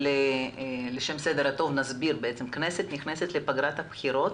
לשם הסדר הטוב נסביר: הכנסת נכנסת לפגרת הבחירות